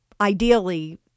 ideally